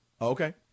Okay